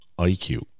IQ